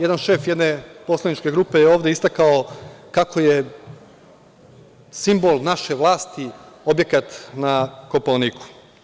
Jedan šef, jedne poslaničke grupe je ovde istakao kako je simbol naše vlasti objekat na Kopaoniku.